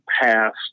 passed